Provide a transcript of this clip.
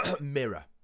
mirror